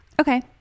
Okay